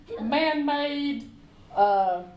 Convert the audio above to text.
man-made